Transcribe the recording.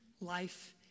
life